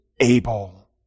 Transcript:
able